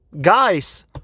Guys